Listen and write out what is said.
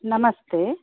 नमस्ते